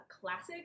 classic